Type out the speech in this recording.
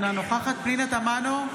אינה נוכחת פנינה תמנו,